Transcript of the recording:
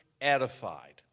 edified